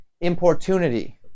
importunity